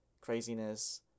craziness